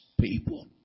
people